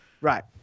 right